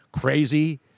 crazy